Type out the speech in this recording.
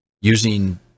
using